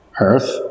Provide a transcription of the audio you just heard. Earth